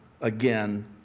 again